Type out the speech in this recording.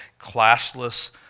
classless